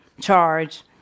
charge